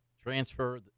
transfer